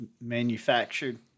manufactured